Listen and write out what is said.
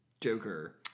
Joker